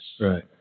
Right